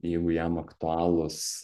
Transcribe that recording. jeigu jam aktualūs